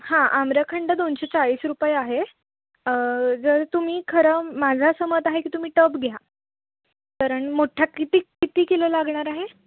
हां आम्रखंड दोनशे चाळीस रुपये आहे जर तुम्ही खरं माझं असं मत आहे की तुम्ही टब घ्या कारण मोठ्ठा किती किती किलो लागणार आहे